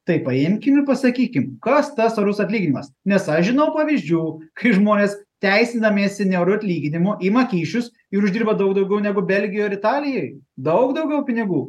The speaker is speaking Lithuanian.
tai paimkim ir pasakykim kas tas orus atlyginimas nes aš žinau pavyzdžių kai žmonės teisindamiesi neoriu atlyginimu ima kyšius ir uždirba daug daugiau negu belgijoj ar italijoj daug daugiau pinigų